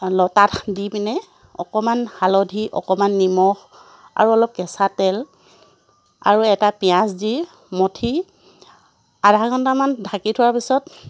তাত দি পিনে অকণমান হালধি অকণমান নিমখ আৰু অলপ কেঁচা তেল আৰু এটা পিঁয়াজ দি মঠি আধা ঘণ্টামান ঢাকি থোৱাৰ পিছত